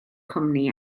cwmni